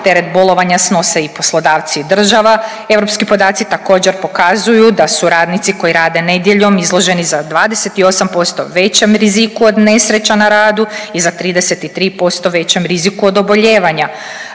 teret bolovanja snose i poslodavci i država. Europski podaci također pokazuju da su radnici koji rade nedjeljom izloženi za 28% većem riziku od nesreća na radu i za 33% većem riziku od oboljevanja